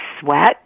sweat